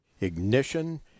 Ignition